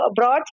abroad